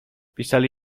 pisali